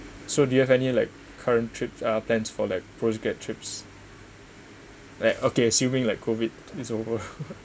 so do you have any like current trip ah plans for like post grad trips like okay assuming like COVID is over